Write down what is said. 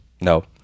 No